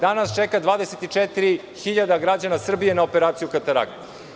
Danas čeka 24.000 građana Srbije na operaciju katarakte.